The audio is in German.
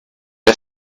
der